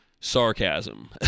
sarcasm